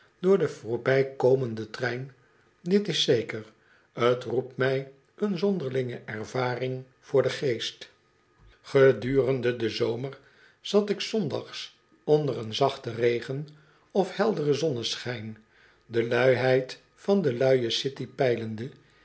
door den voorbijkomenden trein dit is zeker t roept mij een zonderlinge ervaring voor den geest gedurende den zomer zat ik s zondags onder een zachten regen of helderen zonneschijn de luiheid van de luie city peilende